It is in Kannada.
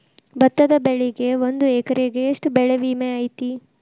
ಭತ್ತದ ಬೆಳಿಗೆ ಒಂದು ಎಕರೆಗೆ ಎಷ್ಟ ಬೆಳೆ ವಿಮೆ ಐತಿ?